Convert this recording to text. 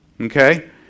Okay